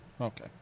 Okay